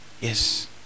Yes